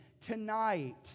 tonight